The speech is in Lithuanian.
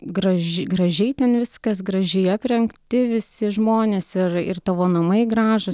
graž gražiai ten viskas gražiai aprengti visi žmonės ir ir tavo namai gražūs